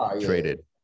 traded